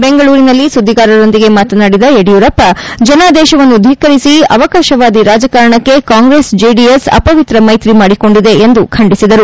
ಬೆಂಗಳೂರಿನಲ್ಲಿ ಸುದ್ದಿಗಾರರೊಂದಿಗೆ ಮಾತನಾಡಿದ ಯಡಿಯೂರಪ್ಪ ಜನಾದೇಶವನ್ನು ಧಿಕ್ಕರಿಸಿ ಅವಕಾಶವಾದಿ ರಾಜಕಾರಣಕ್ಕೆ ಕಾಂಗ್ರೆಸ್ ಜೆಡಿಎಸ್ ಅಪವಿತ್ರ ಮೈತ್ರಿ ಮಾಡಿಕೊಂಡಿವೆ ಎಂದು ಖಂಡಿಸಿದರು